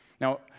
Now